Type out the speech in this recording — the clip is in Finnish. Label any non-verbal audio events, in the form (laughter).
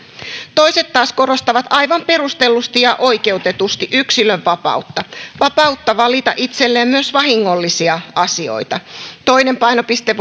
toiset taas korostavat aivan perustellusti ja oikeutetusti yksilönvapautta vapautta valita itselleen myös vahingollisia asioita toinen painopiste (unintelligible)